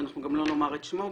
ואנחנו גם לא נאמר את שמו.